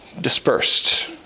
dispersed